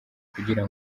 kugira